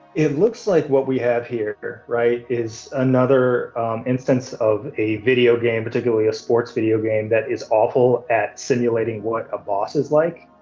it looks like what we have here right, is another instance of a video game particularly a sports video game that is awful at simulating what a boss is like.